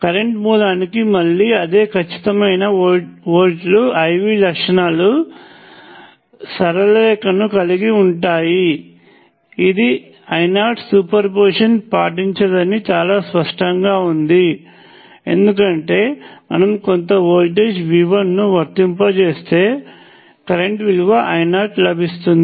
current మూలానికి మళ్ళీ అదే ఖచ్చితమైన వోల్ట్లు IV లక్షణాలు సరళ రేఖను కలిగి ఉంటాయి ఇది I0 సూపర్పొజిషన్ పాటించదని చాలా స్పష్టంగా ఉంది ఎందుకంటే మనం కొంత వోల్టేజ్ V1 ను వర్తింపజేస్తే కరెంట్ విలువ I0 లభిస్తుంది